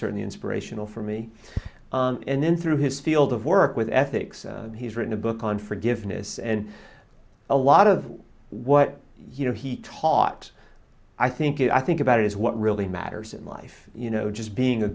certainly inspirational for me and then through his field of work with ethics he's written a book on forgiveness and a lot of what you know he taught i think i think about it is what really matters in life you know just being a